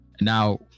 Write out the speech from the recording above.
Now